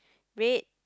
red